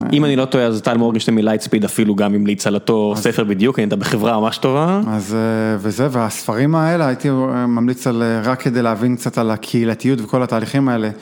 אם אני לא טועה, אז טל מורגנשטיין לי מלייט ספיד, אפילו גם אם נמליץ על אותו ספר בדיוק, אין אתה בחברה ממש טובה. אז וזה, והספרים האלה הייתי ממליץ על, רק כדי להבין קצת על הקהילתיות וכל התהליכים האלה.